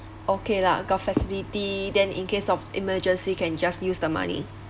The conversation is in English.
okay lah got facility then in case of emergency can just use the money